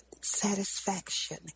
satisfaction